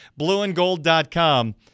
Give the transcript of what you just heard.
blueandgold.com